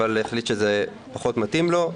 אבל החליט שזה פחות מתאים לו,